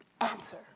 Answer